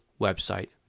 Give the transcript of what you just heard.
website